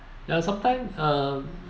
ya sometime uh